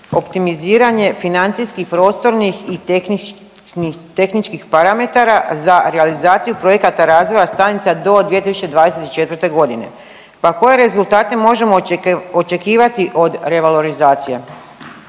optimiziranje financijskih, prostornih i tehničkih parametara za realizaciju projekata razvoja stanica do 2024. godine. Pa koje rezultate možemo očekivati od revalorizacije?